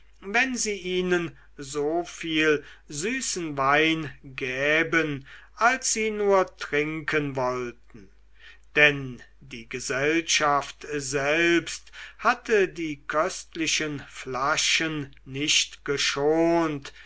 wenn sie ihnen so viel süßen wein gäben als sie nur trinken wollten denn die gesellschaft selbst hatte die köstlichen flaschen nicht geschont